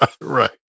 right